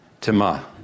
Tema